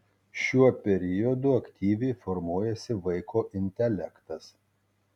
šiuo periodu aktyviai formuojasi vaiko intelektas